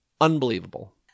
unbelievable